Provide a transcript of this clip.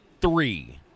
three